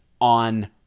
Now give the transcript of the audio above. on